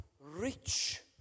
rich